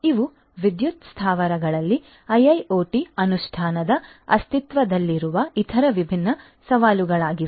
ಇವು ವಿದ್ಯುತ್ ಸ್ಥಾವರಗಳಲ್ಲಿ IIoT ಅನುಷ್ಠಾನದ ಅಸ್ತಿತ್ವದಲ್ಲಿರುವ ಇತರ ವಿಭಿನ್ನ ಸವಾಲುಗಳಾಗಿವೆ